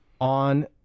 on